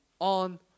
on